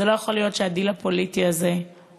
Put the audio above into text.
זה לא יכול להיות שהדיל הפוליטי הזה עולה,